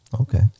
Okay